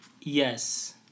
Yes